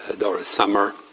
ah doris sommer.